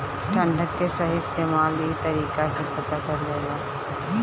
डंठल के सही इस्तेमाल इ तरीका से पता चलेला